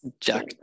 Jack